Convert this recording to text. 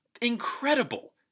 incredible